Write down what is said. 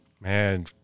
man